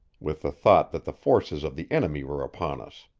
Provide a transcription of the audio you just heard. with the thought that the forces of the enemy were upon us.